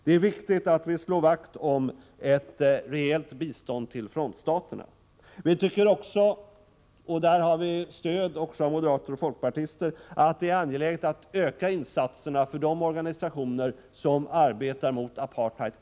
Det är viktigt att slå vakt om ett rejält bistånd till frontstaterna. Vi tycker också — och där har vi stöd av moderater och folkpartister — att det är angeläget att öka insatserna för de organisationer som inne i Sydafrika arbetar mot apartheid.